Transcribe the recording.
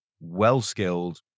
well-skilled